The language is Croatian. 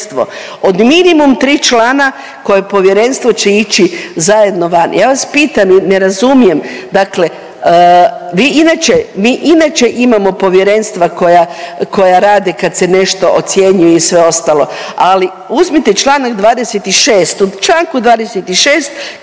od minimum 3 člana koje povjerenstvo će ići zajedno van. Ja vas pitam i ne razumijem, dakle vi inače, mi inače imamo povjerenstva koja, koja rade kad se nešto ocjenjuje i sve ostalo, ali uzmite Članak 26. U Članku 26.